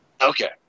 Okay